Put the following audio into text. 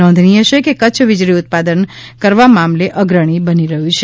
નોંધનીય છે કે કચ્છ વીજળી ઉત્પન્ન કરવા મામલે અગ્રણી બની રહ્યુ છે